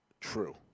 true